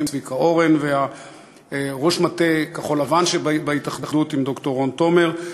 צביקה אורן וראש מטה כחול-לבן שבהתאחדות עם ד"ר רון תומר,